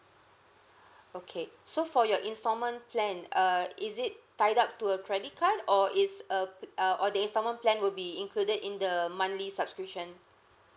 okay so for your instalment plan uh is it tied up to a credit card or it's a p~ or the instalment plan will be included in the monthly subscription